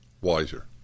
wiser